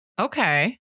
Okay